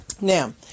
Now